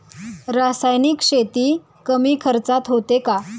रासायनिक शेती कमी खर्चात होते का?